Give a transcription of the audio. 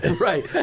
Right